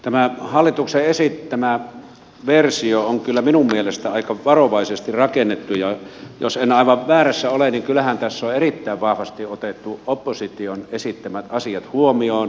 tämä hallituksen esittämä versio on kyllä minun mielestäni aika varovaisesti rakennettu ja jos en aivan väärässä ole niin kyllähän tässä on erittäin vahvasti otettu opposition esittämät asiat huomioon